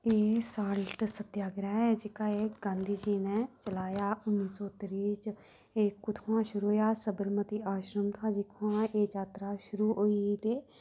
एह् साढ़ा जेह्ड़ा सत्याग्रह एह् जेह्का एह् गांधी जी होरें चलाया हा उन्नी सौ त्रीह् च एह् कुत्थुआं शरू होएआ हा साबरमती आश्रम हा जित्थुआं एह् जात्तरा शुरू होई ते